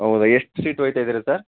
ಹೌದಾ ಎಷ್ಟು ಸೀಟ್ ಹೊಯ್ತಾಯಿದ್ದೀರ ಸರ್